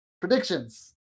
Predictions